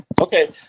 Okay